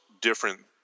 different